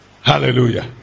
Hallelujah